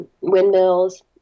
windmills